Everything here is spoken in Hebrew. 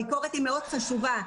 הביקורת היא מאוד חשובה,